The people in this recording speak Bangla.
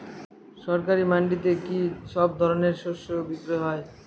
সরকারি মান্ডিতে কি সব ধরনের শস্য বিক্রি হয়?